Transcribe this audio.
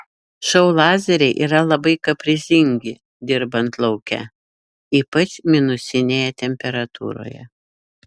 šou lazeriai yra labai kaprizingi dirbant lauke ypač minusinėje temperatūroje